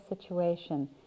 situation